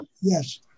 Yes